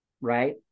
Right